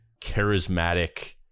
charismatic